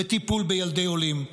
בטיפול בילדי עולים?